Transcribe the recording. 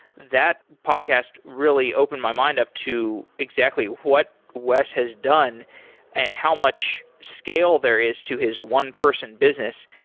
that podcast really opened my mind up to exactly what wes has done and how much scale there is to his one-person business.